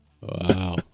Wow